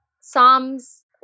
Psalms